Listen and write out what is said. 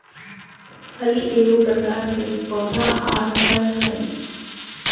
फली एगो प्रकार के पौधा आर फल हइ